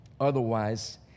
Otherwise